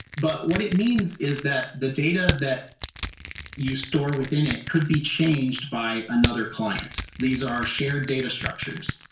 but what it means is that the data that you store within it could be changed by another client, these are shared data structures.